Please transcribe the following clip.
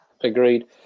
Agreed